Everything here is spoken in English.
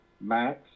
Max